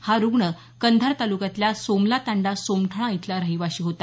हा रुग्ण कंधार तालुक्यातल्या सोमलातांडा सोमठाणा इथला रहिवाशी होता